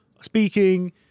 speaking